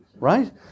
right